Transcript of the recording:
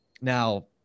now